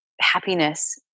happiness